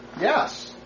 yes